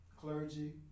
clergy